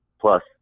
plus